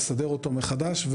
לסדר אותו מחדש.